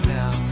now